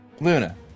Luna